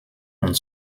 und